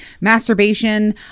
masturbation